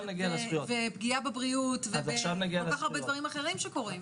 ופגיעה בבריאות ועל כל-כך הרבה דברים אחרים שקורים.